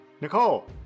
Nicole